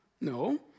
no